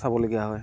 চাবলগীয়া হয়